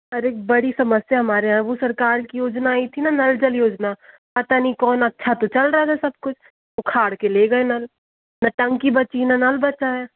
अरे बड़ी समस्या हमारे यहाँ वो सरकार की योजना आई थी ना नल जल योजना पता नहीं कौन अच्छा तो चल रहा था सब कुछ उखाड़ के ले गए नल न टंकी बची नल बचा है